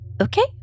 okay